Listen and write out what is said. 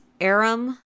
Aram